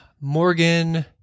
Morgan